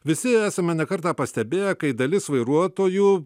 visi esame ne kartą pastebėję kai dalis vairuotojų